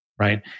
right